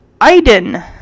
Iden